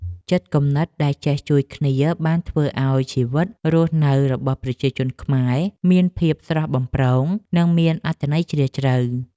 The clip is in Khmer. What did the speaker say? ចិត្តគំនិតដែលចេះជួយគ្នាបានធ្វើឱ្យជីវិតរស់នៅរបស់ប្រជាជនខ្មែរមានភាពស្រស់បំព្រង និងមានអត្ថន័យជ្រាលជ្រៅ។